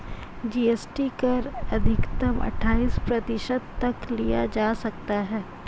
GST कर अधिकतम अठाइस प्रतिशत तक लिया जा सकता है